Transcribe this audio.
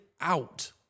out